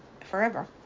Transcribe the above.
forever